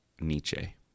Nietzsche